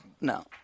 No